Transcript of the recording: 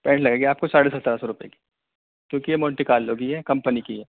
pant لگے گی آپ کو ساڑھے سترہ سو روپیے کی کیونکہ یہ مونٹی کارلو کی ہے کمپنی کی ہے